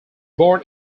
born